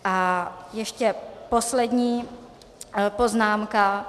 A ještě poslední poznámka.